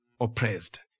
Oppressed